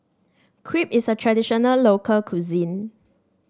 crepe is a traditional local cuisine